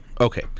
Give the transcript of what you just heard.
okay